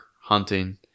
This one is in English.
hunting